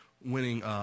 winning